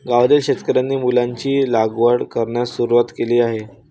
गावातील शेतकऱ्यांनी फुलांची लागवड करण्यास सुरवात केली आहे